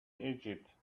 egypt